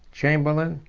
chamberlain,